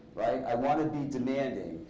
i want to be demanding,